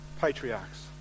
patriarchs